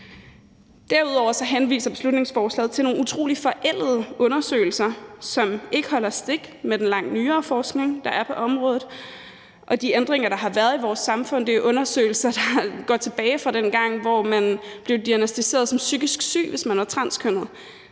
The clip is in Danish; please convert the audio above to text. Derudover henviser beslutningsforslaget til nogle utrolig forældede undersøgelser, som ikke holder stik med den langt nyere forskning, der er på området, og de ændringer, der har været i vores samfund. Det er undersøgelser, der er tilbage fra dengang, hvor man blev diagnosticeret som psykisk syg, hvis man var transkønnet.